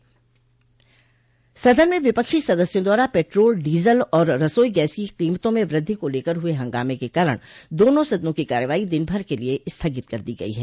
संसद में विपक्षी सदस्यों द्वारा पेट्रोल डीजल और रसोई गैस की कीमतों में वृद्धि को लेकर हुए हंगामे के कारण दोनों सदनों की कार्यवाही दिनभर के लिए स्थगित कर दी गई है